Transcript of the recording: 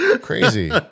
crazy